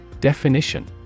Definition